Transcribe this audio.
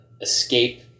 escape